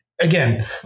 again